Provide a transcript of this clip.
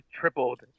tripled